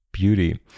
Beauty